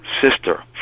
sister